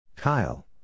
Kyle